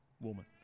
woman